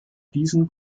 diesen